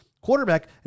quarterback